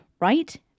right